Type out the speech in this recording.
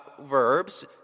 verbs